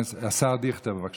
השר דיכטר, בבקשה.